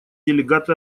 делегат